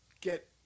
get